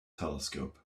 telescope